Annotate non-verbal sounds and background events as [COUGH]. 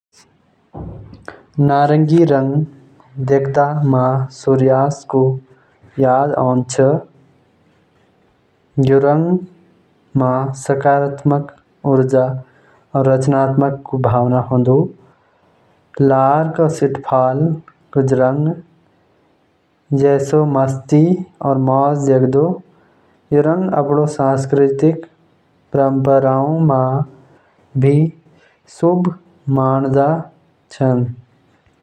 लाल रंग देखदा ते म्यर दिमाग म ऊर्जा और जोश क भावना आउंछ। [NOISE] यो रंग म प्रेम और जुनून क प्रतीक देखदा च। फेर यु रंग खतरा और सावधानी भी दर्शांछ। शादी-ब्याह म लाल रंगक कपड़ा बहुत देखनु मिलदा, जंता क खुशी और उत्सव क प्रतीक मानदा। यो रंग म आग ज्वाला जइसे गर्मजोशी और शक्ति देखनु मिलदा।